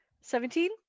Seventeen